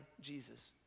Jesus